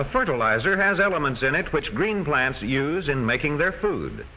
a fertilizer has elements in it which green plants use in making their food